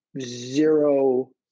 zero